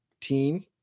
team